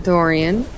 Dorian